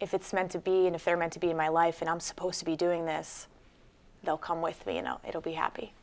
if it's meant to be an affair meant to be in my life and i'm supposed to be doing this they'll come with me and it'll be happy